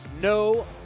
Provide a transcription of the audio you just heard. No